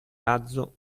razzo